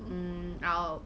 mm